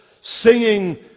singing